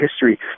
history